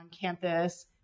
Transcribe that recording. campus